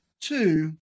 Two